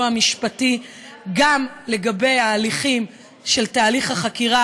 המשפטי גם לגבי ההליכים של תהליך החקירה,